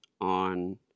on